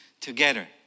together